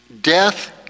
Death